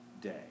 day